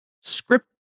script